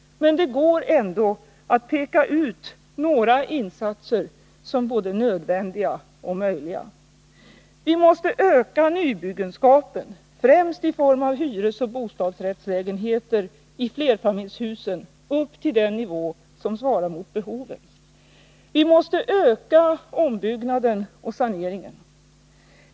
Men det går ändå att peka ut några insatser som både nödvändiga och möjliga: Vi måste öka nybyggenskapen, främst i form av hyresoch bostadsrättslägenheter i flerfamiljshus, upp till den nivå som svarar mot behovet. Vi måste öka ombyggnaden och saneringen.